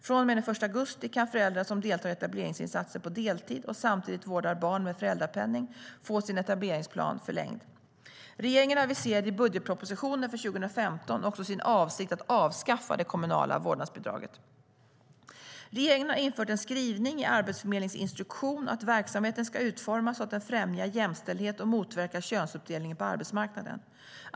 Från och med den 1 augusti kan föräldrar som deltar i etableringsinsatser på deltid och samtidigt vårdar barn med föräldrapenning få sin etableringsplan förlängd. Regeringen aviserade i budgetpropositionen för 2015 också sin avsikt att avskaffa det kommunala vårdnadsbidraget. Regeringen har infört en skrivning i Arbetsförmedlingens instruktion att verksamheten ska utformas så att den främjar jämställdhet och motverkar könsuppdelningen på arbetsmarknaden.